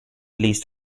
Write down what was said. least